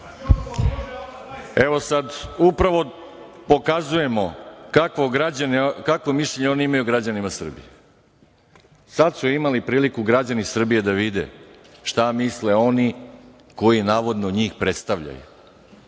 Evo sad upravo pokazujemo kako mišljenje oni imaju o građanima Srbije. Sada su imali priliku građani Srbije da vide šta misle oni koji navodno njih predstavljaju.